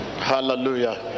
hallelujah